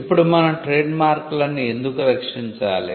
ఇప్పుడు మనం ట్రేడ్మార్క్లను ఎందుకు రక్షించాలి